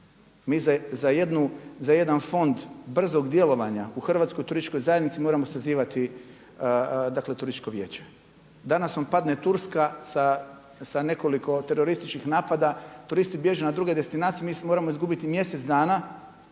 Mi za jedan fond brzog djelovanja u Hrvatskoj turističkoj zajednici moramo sazivati dakle turističko vijeće. Danas vam padne Turska sa nekoliko terorističkih napada, turisti bježe na druge destinacije mi moramo izgubiti mjesec dana